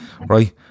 right